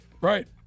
Right